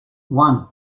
one